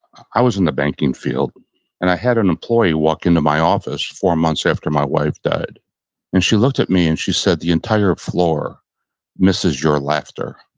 i was in the banking field and i had an employee walk into my office four months after my wife died and she looked at me and she said, the entire floor misses your laughter.